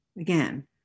again